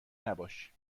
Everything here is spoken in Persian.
نباش